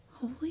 holy